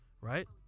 Right